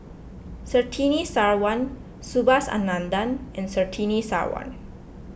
Surtini Sarwan Subhas Anandan and Surtini Sarwan